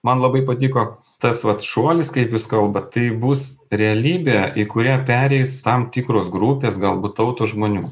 man labai patiko tas vat šuolis kaip jūs kalbat tai bus realybė į kurią pereis tam tikros grupės galbūt tautos žmonių